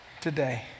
today